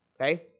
okay